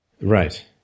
right